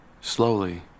Slowly